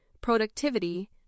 productivity